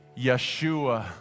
Yeshua